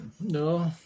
No